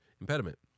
impediment